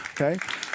Okay